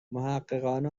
محققان